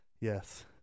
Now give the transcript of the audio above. Yes